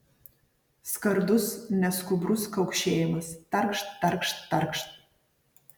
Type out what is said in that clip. skardus neskubrus kaukšėjimas tarkšt tarkšt tarkšt